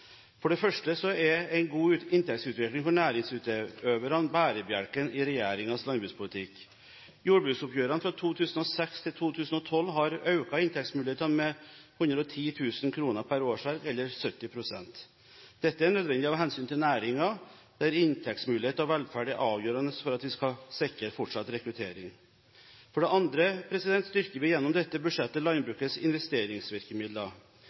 For det første er en god inntektsutvikling for næringsutøverne bærebjelken i regjeringens landbrukspolitikk. Jordbruksoppgjørene fra 2006 til 2012 har økt inntektsmulighetene med 110 000 kr per årsverk, eller 70 pst. Dette er nødvendig av hensyn til næringen, der inntektsmulighet og velferd er avgjørende for at vi skal sikre fortsatt rekruttering. For det andre styrker vi gjennom dette budsjettet landbrukets investeringsvirkemidler.